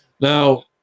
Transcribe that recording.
Now